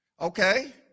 Okay